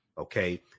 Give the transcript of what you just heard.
Okay